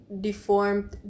deformed